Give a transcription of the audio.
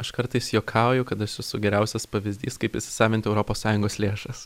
aš kartais juokauju kad as esu geriausias pavyzdys kaip įsisavinti europos sąjungos lėšas